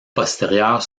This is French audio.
postérieures